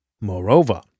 Moreover